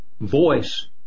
voice